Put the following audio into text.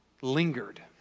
lingered